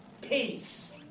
peace